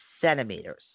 centimeters